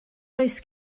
does